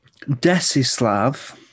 Desislav